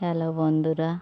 hello বন্ধুরা